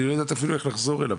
אני לא יודעת אפילו איך לחזור אליו,